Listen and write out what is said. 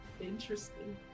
Interesting